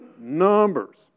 Numbers